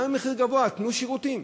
גם המחיר גבוה, אז תנו שירותים.